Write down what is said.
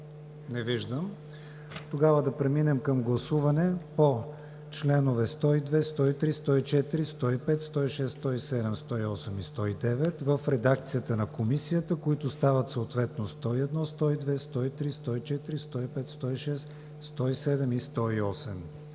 Не виждам. Преминаваме към гласуване по чл. 102, 103, 104, 105, 106, 107, 108 и 109 в редакцията на Комисията, които стават съответно 101, 102, 103, 104, 105, 106, 107 и 108.